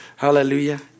Hallelujah